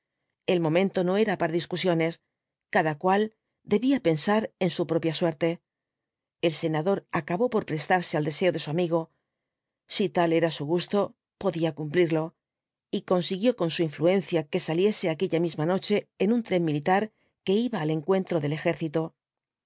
el momento no era para discusiones cada cual debía pensar en su propia suerte el senador acabó por prestarse al deseo de su amigo si tal era su gusto podía cumplirlo y consiguió con su influencia que saliese aquella misma noche en un tren militar que iba ai encuentro del ejército